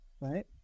right